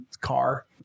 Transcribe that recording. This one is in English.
car